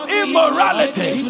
immorality